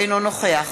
אינו נוכח